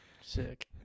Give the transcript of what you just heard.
sick